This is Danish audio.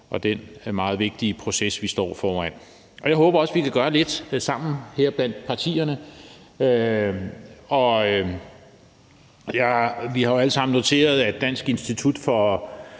og den meget vigtige proces, vi står foran. Kl. 19:41 Jeg håber også, vi her blandt partierne kan gøre lidt sammen. Vi har jo alle sammen noteret, at Dansk Institut for